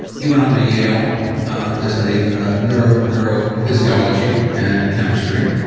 he went on to yale to study ah you know neurophysiology and chemistry.